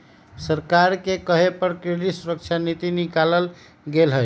सरकारे के कहे पर क्रेडिट सुरक्षा नीति निकालल गेलई ह